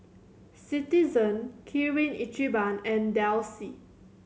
Citizen Kirin Ichiban and Delsey